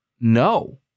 No